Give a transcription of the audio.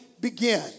begin